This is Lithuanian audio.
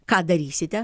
ką darysite